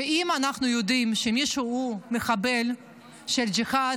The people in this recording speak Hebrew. שאם אנחנו יודעים שמישהו הוא מחבל של ג'יהאד,